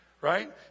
right